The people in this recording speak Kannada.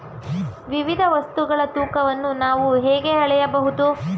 ವಿವಿಧ ವಸ್ತುಗಳ ತೂಕವನ್ನು ನಾವು ಹೇಗೆ ಅಳೆಯಬಹುದು?